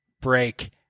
break